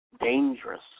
dangerous